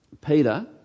Peter